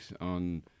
on